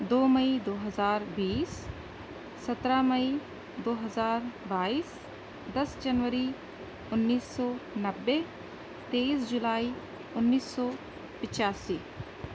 دو مئی دو ہزار بیس سترہ مئی دو ہزار بائیس دس جنوری انیس سو نوے تیس جولائی اینس سو پچاسی